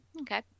Okay